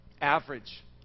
average